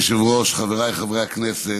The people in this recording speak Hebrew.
אדוני היושב-ראש, חבריי חברי הכנסת,